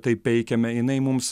taip peikiame jinai mums